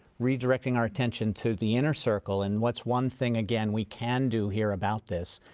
redirecting our attention to the inner circle and what's one thing again we can do here about this?